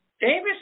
Davis